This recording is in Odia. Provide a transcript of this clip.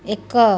ଏକ